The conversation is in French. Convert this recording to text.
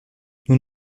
nous